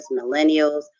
Millennials